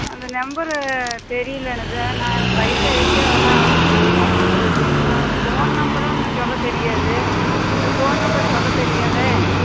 அந்த நம்பரு தெரியல எனக்கு நான் எனக்கு வயிசாயிடுச்சு அதெலாம் ஒன்றும் ஃபோன் நம்பரும் சொல்ல தெரியாது அது ஃபோன் நம்பரு சொல்ல தெரியாதே